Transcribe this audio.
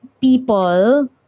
people